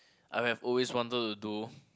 I may have always wanted to do